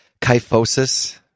kyphosis